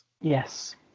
Yes